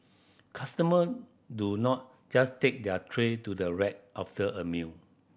customer do not just take their tray to the rack after a meal